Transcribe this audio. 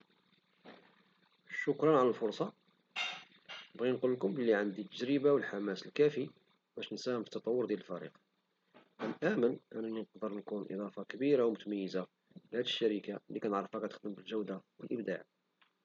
شكرا على الفرصة، نبغي نقلكم بلي عندي التجربة والحماس الكافي باش نساهم في التطور ديال الفريق وكنآمن بأنني نقدر نكون إضفة كبيرة ومتميزة لهد الشركة لي كنعرفا كتخدم بالجودة والابداع.